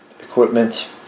equipment